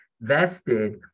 vested